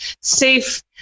safe